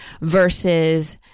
versus